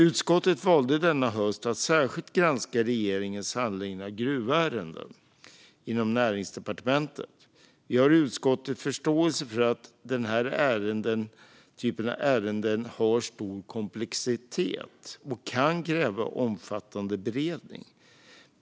Utskottet valde denna höst att särskilt granska regeringens handläggning av gruvärenden inom Näringsdepartementet. Vi har i utskottet förståelse för att denna typ av ärenden har stor komplexitet och kan kräva omfattande beredning.